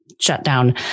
shutdown